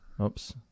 Oops